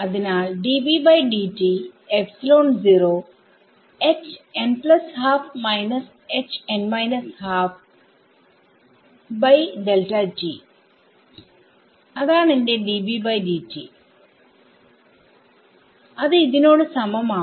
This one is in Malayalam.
അതിനാൽ അതാണെന്റെ അത് നോട് സമം ആവും